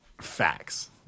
Facts